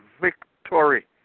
victory